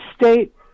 state